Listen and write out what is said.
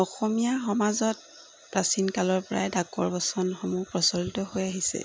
অসমীয়া সমাজত প্ৰাচীন কালৰ পৰাই ডাকৰ বচনসমূহ প্ৰচলিত হৈ আহিছে